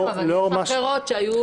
בכל מקרה,